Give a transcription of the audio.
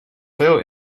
veel